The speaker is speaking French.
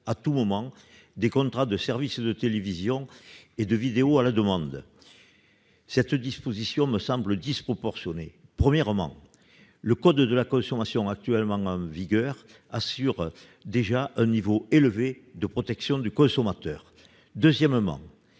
à tout moment les contrats de services de télévision et de vidéo à la demande. Cette disposition me semble disproportionnée. Premièrement, le code de la consommation, dans sa version actuelle, assure déjà un niveau élevé de protection du consommateur. Deuxièmement,